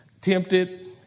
Tempted